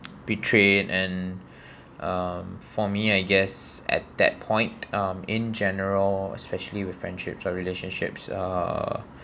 betrayed and um for me I guess at that point um in general especially with friendships or relationships uh